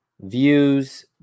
views